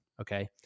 Okay